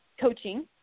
coaching